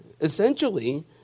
essentially